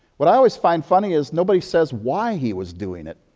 what i always find funny is, nobody says why he was doing it.